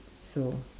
so